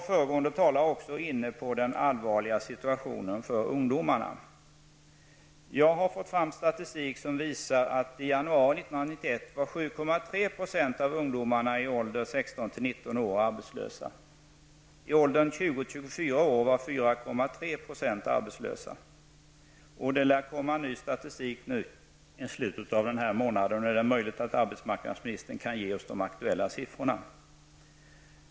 Föregående talare var också inne på den allvarliga situationen för ungdomarna. Jag har fått fram statistik som visar att i januari 1991 var 7,3 % av ungdomarna i åldern 16--19 år arbetslösa. I åldern 20--24 år var 4,3 % arbetslösa. Det lär komma ny statistik i slutet av den här månaden. Det är möjligt att arbetsmarknadsministern kan ge oss de aktuella siffrorna.